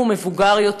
הוא מבוגר יותר.